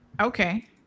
Okay